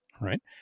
right